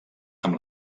amb